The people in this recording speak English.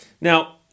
Now